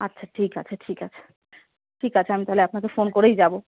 আচ্ছা ঠিক আছে ঠিক আছে ঠিক আছে আমি তাহলে আপনাকে ফোন করেই যাবো